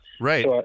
right